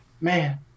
man